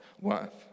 worth